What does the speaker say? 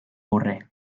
aurre